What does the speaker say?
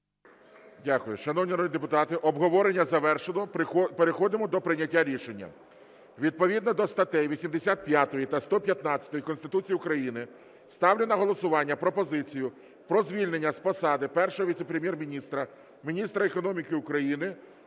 Шановні колеги, обговорення завершено. Переходимо до прийняття рішення. Відповідно до статей 85 та 115 Конституції України ставлю на голосування пропозицію про звільнення з посади Віце-прем'єр-міністра – Міністра з реінтеграції